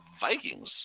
Vikings –